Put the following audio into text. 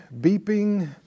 beeping